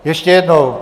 Ještě jednou.